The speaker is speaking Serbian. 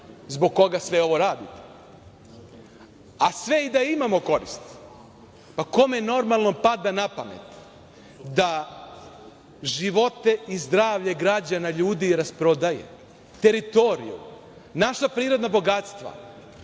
zbog koga sve ovo radite. A sve i da imamo korist, pa kome normalnom pada napamet da živote i zdravlje građana ljudi rasprodaje, teritoriju, naša prirodna bogatstva.